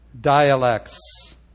dialects